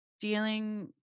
dealing